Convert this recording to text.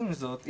עם זאת,